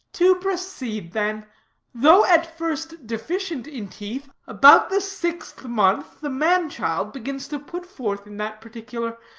to proceed then though at first deficient in teeth, about the sixth month the man-child begins to put forth in that particular.